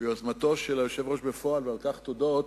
ביוזמתו של היושב-ראש בפועל, ועל כך תודות,